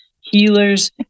healers